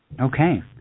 Okay